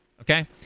Okay